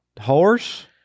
Horse